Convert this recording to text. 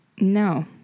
No